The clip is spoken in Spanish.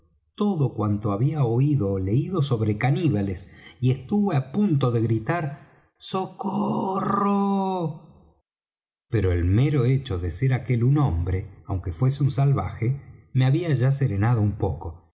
todo cuanto había oído ó leído sobre caníbales y aun estuve á punto de gritar socorro pero el mero hecho de ser aquel un hombre aunque fuese un salvaje me había ya serenado un poco